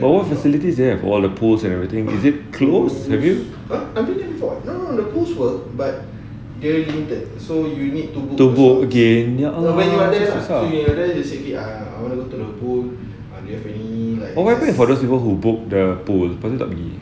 but what facilities there for all the pools everything is it closed have you to book again ya allah susah what happened for those people who book the pool lepas tu tak pergi